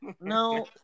No